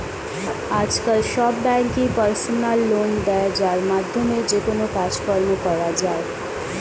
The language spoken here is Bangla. আজকাল সব ব্যাঙ্কই পার্সোনাল লোন দেয় যার মাধ্যমে যেকোনো কাজকর্ম করা যায়